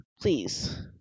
Please